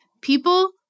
people